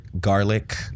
garlic